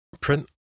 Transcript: print